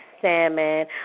salmon